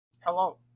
Hello